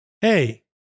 Hey